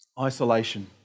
Isolation